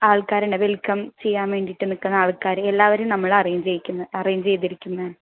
ആൾക്കാരുണ്ട് വെൽകം ചെയ്യാൻ വേണ്ടിയിട്ട് നിൽക്കുന്ന ആൾക്കാർ എല്ലാവരേയും നമ്മൾ അറേഞ്ച് ചെയ്യിക്കുന്ന അറേഞ്ച് ചെയ്തിരിക്കുന്ന